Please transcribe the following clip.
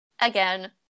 again